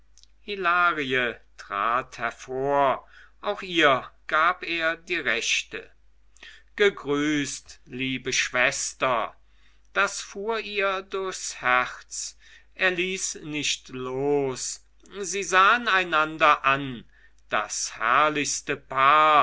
hilarie trat hervor auch ihr gab er die rechte gegrüßt liebe schwester das fuhr ihr durchs herz er ließ nicht los sie sahen einander an das herrlichste paar